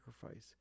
sacrifice